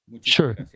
Sure